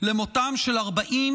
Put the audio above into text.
למותם של 45